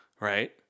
right